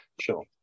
Sure